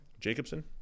Jacobson